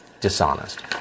dishonest